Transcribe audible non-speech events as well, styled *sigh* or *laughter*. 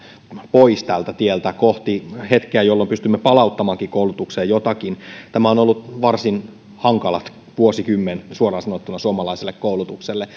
pois kohti hetkeä jolloin pystymme palauttamaankin koulutukseen jotakin tämä on ollut varsin hankala vuosikymmen suoraan sanottuna suomalaiselle koulutukselle *unintelligible*